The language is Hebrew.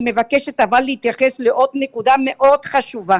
אני מבקשת אבל להתייחס לעוד נקודה מאוד חשובה.